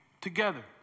together